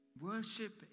Worship